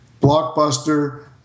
blockbuster